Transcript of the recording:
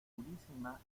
purísima